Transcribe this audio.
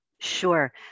Sure